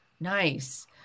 Nice